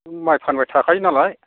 नों माइ फानबाय थाखायो नालाय